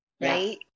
Right